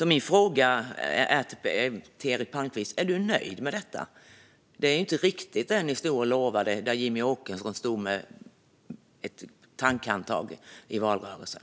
Min fråga till Eric Palmqvist är om han är nöjd med detta. Det var ju inte riktigt det ni lovade när Jimmie Åkesson stod med ett tankhandtag i valrörelsen.